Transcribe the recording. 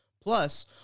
Plus